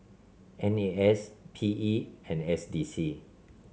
N A S P E and S D C